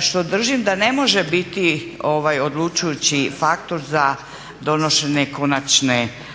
što držim da ne može biti odlučujući faktor za donošenje konačne odluke